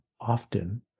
often